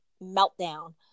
meltdown